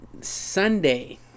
Sunday